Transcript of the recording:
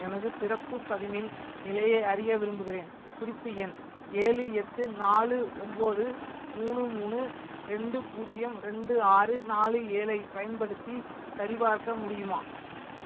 எனது பிறப்புப் பதிவின் நிலையை அறிய விரும்புகிறேன் குறிப்பு எண் ஏஃஜு எட்டு நாலு ஒன்போது மூணு மூணு ரெண்டு பூஜ்யம் ரெண்டு ஆறு நாலு ஏழைப் பயன்படுத்தி சரிபார்க்க முடியுமா